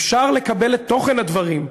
אפשר לקבל את תוכן הדברים,